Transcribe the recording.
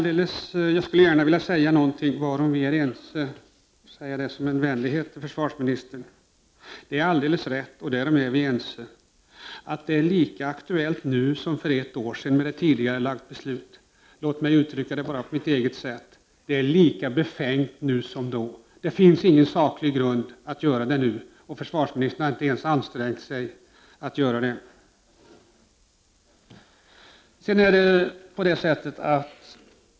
Jag skulle gärna vilja säga någonting varom vi är ense — som en vänlighet till försvarsministern. Det är alldeles rätt — och därom är vi ense — att det är lika aktuellt nu som för ett år sedan med ett tidigarelagt beslut. Låt mig bara uttrycka det på mitt eget sätt: Det är lika befängt nu som då. Det finns ingen saklig grund att göra det nu, och förvarsministern har inte ens ansträngt sig att försvara åtgärden.